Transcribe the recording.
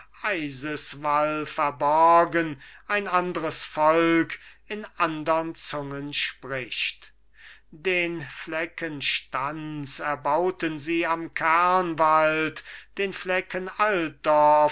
ew'gem eiseswall verborgen ein andres volk in andern zungen spricht den flecken stanz erbauten sie am kernwald den flecken